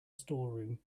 storeroom